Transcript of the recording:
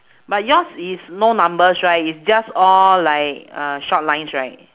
but yours is no numbers right it's just all like uh short lines right